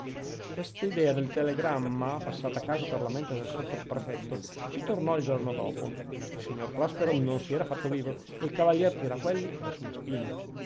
telegramma quest'idea del telegramma passata a caso per la mente del sottoprefetto ci tornò il giorno dopo il signor prospero non si era fatto vivo e il cavalier tiraquelli era sulle spine